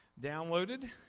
downloaded